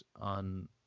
on